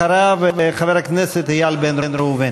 אחריו, חבר הכנסת איל בן ראובן.